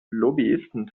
lobbyisten